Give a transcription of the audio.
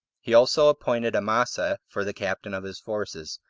he also appointed amasa for the captain of his forces,